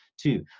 Two